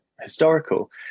historical